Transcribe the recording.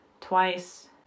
Twice